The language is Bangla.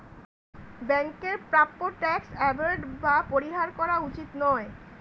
ব্যাংকের প্রাপ্য ট্যাক্স এভোইড বা পরিহার করা উচিত নয়